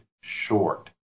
short